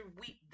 weep